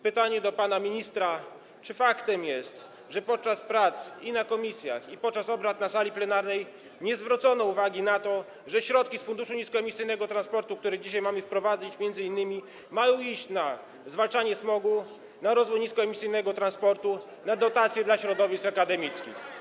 Pytanie do pana ministra: Czy faktem jest, że podczas prac w komisjach i podczas obrad na sali plenarnej nie zwrócono uwagi na to, że środki z Funduszu Niskoemisyjnego Transportu, który dzisiaj m.in. mamy wprowadzić, mają iść na zwalczanie smogu, na rozwój niskoemisyjnego transportu, na dotacje dla środowisk akademickich?